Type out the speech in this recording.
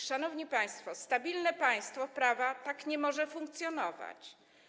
Szanowni państwo, stabilne państwo prawa tak nie może funkcjonować.